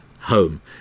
home